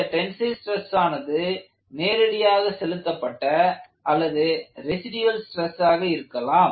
இந்த tensile stress ஆனது நேரடியாக செலுத்தப்பட்ட அல்லது ரெசிடுயல் ஸ்ட்ரெஸ் ஆக இருக்கலாம்